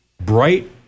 bright